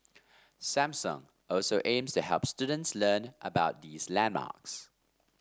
Samsung also aims help students learn about these landmarks